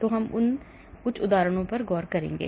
तो हम उन कुछ उदाहरणों पर गौर करेंगे